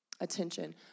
attention